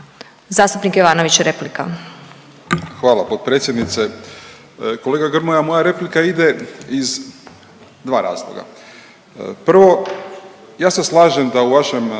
replika. **Ivanović, Goran (HDZ)** Hvala potpredsjednice. Kolega Grmoja, moja replika ide iz dva razloga. Prvo ja se slažem da u vašem